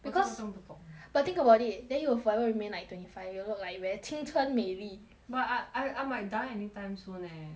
我真真的不懂 because but think about it then you will forever remain like twenty five you will look like very 青春美丽 but I I I might die anytime soon eh